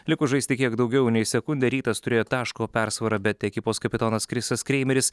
likus žaisti kiek daugiau nei sekundę rytas turėjo taško persvarą bet ekipos kapitonas krisas kreimeris